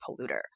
polluter